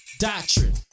doctrine